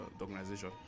organization